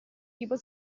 tipo